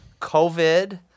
COVID